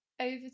Over